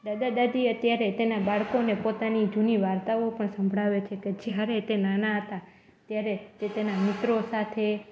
દાદા દાદી અત્યારે તેનાં બાળકોને પોતાની જૂની વાર્તાઓ પણ સંભળાવે છે કે જ્યારે તે નાનાં હતાં ત્યારે તે તેનાં મિત્રો સાથે